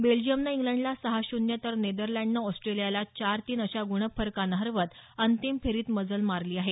बेल्जियमनं इंग्लडला सहा शून्य तर नेदरलँडनं ऑस्ट्रेलियाला चार तीन अशा गुणफरकानं हरवत अंतिम फेरीत मजल मारली आहे